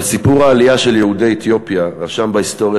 אבל סיפור העלייה של יהודי אתיופיה רשם בהיסטוריה